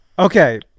Okay